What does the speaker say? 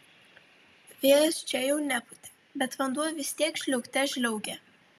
vėjas čia jau nepūtė bet vanduo vis tiek žliaugte žliaugė